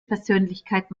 persönlichkeit